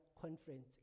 conference